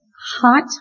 hot